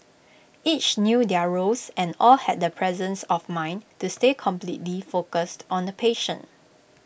each knew their roles and all had the presence of mind to stay completely focused on the patient